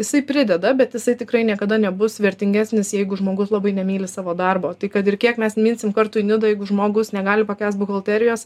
jisai prideda bet jisai tikrai niekada nebus vertingesnis jeigu žmogus labai nemyli savo darbo tai kad ir kiek mes minsim kartu į nidą jeigu žmogus negali pakęst buhalterijos